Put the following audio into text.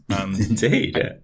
Indeed